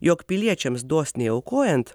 jog piliečiams dosniai aukojant